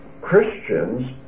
Christians